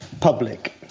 public